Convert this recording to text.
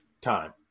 time